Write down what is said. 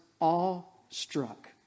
awestruck